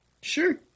Sure